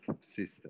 system